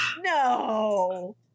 No